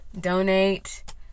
Donate